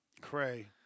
Cray